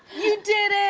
you did it!